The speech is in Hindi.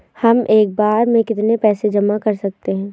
हम एक बार में कितनी पैसे जमा कर सकते हैं?